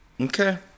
Okay